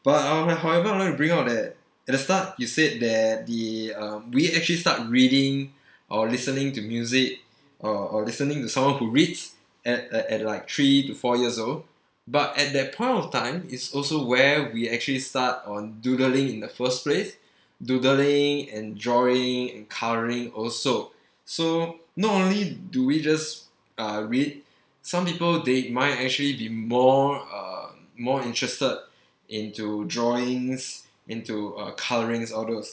but how~ however I want to bring out that at the start you said that the uh we actually start reading or listening to music or or listening to someone who reads at at like three to four years old but at that point of time it's also where we actually start on doodling in the first place doodling and drawing and colouring also so not only do we just uh read some people they might actually be more uh more interested into drawings into uh colourings all those